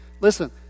listen